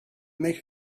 make